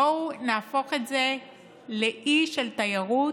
בואו נהפוך את זה לאי של תיירות,